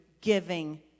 giving